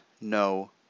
no